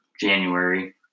January